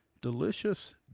delicious